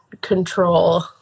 control